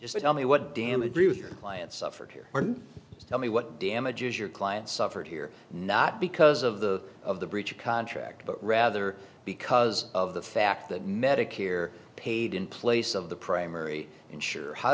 a tell me what damage your client suffered here tell me what damages your client suffered here not because of the of the breach of contract but rather because of the fact that medicare paid in place of the primary insure how